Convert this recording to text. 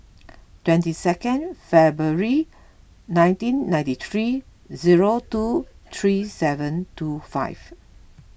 twenty second February nineteen ninety three zero two three seven two five